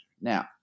Now